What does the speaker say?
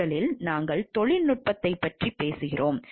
முதலில் நாங்கள் தொழில்நுட்பத்தைப் பற்றி பேசுகிறோம்